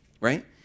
Right